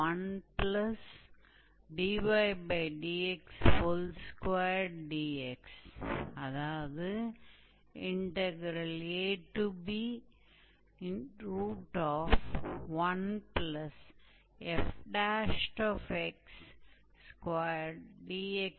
तो आपको याद है कि 𝑥 a है और इस बिंदु के लिए यह x 𝑏 है इसलिए यह एरिया मूल रूप से द्वारा दिया गया है और आर्क की लंबाई द्वारा दी जाएगी